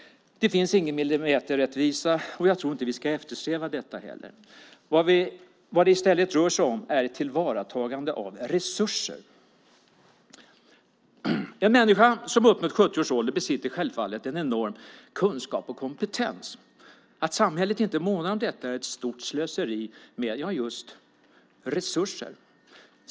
Det finns ingen millimeterrättvisa, och jag tror inte att vi ska eftersträva det heller. Vad det i stället rör sig om är ett tillvaratagande av resurser. En människa som uppnått 70 års ålder besitter självfallet en enorm kunskap och kompetens. Att samhället inte månar om detta är ett stort slöseri med - ja, just det - resurser.